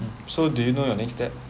mm so do you know your next step